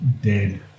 dead